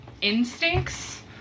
instincts